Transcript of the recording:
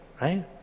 right